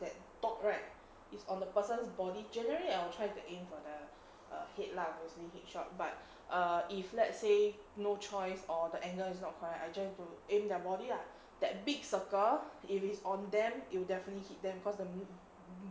that dot right is on the person's body generally I will try to aim for the err head lah mostly head shot but err if let's say no choice or the angle is not correct I just aim their body lah that big circle if it's on them it'll definitely hit them cause the mid~